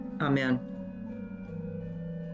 Amen